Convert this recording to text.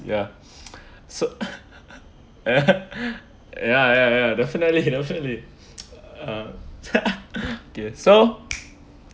ya so ya ya ya definitely definitely uh okay so